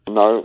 no